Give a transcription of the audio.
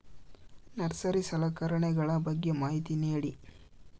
Nursery ಸಲಕರಣೆಗಳ ಬಗ್ಗೆ ಮಾಹಿತಿ ನೇಡಿ?